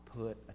put